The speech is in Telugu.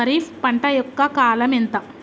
ఖరీఫ్ పంట యొక్క కాలం ఎంత?